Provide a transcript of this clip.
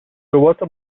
ربات